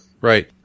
Right